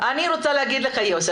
אני רוצה להגיד לך יוסי,